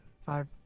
five